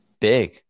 big